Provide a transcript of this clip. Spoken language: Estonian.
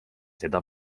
seda